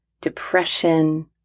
depression